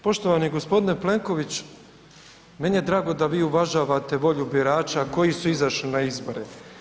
Poštovani gospodine Plenković, meni je drago da vi uvažavate volju birača koji su izašli na izbore.